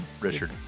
Richard